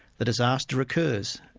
the disaster recurs,